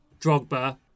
Drogba